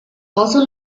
also